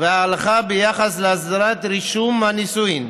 וההלכה ביחס להסדרת רישום הנישואין,